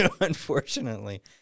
unfortunately